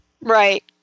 Right